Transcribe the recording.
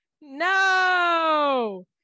no